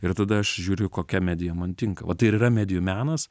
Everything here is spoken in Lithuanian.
ir tada aš žiūriu kokia medija man tinka va tai ir yra medijų menas